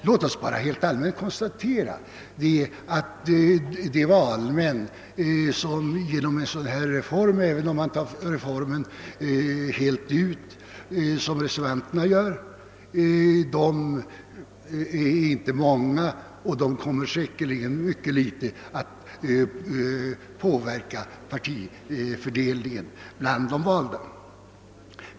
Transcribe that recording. Låt oss bara helt allmänt konstatera att de valmän det här gäller — även om man tar reformen helt ut som reservanterna gör i mycket ringa grad kommer att påverka partirepresentationen bland de valda.